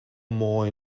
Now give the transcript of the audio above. more